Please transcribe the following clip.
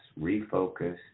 refocus